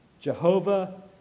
Jehovah